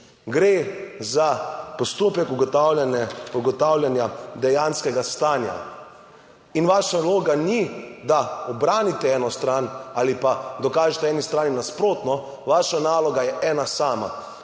Gre za postopek ugotavljanja dejanskega stanja. In vaša naloga ni, da ubranite eno stran ali pa dokažite eni strani nasprotno. Vaša naloga je ena sama.